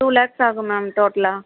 two lakhs ஆகும் ma'am டோட்டலா